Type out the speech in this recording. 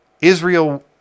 Israel